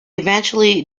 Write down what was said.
eventually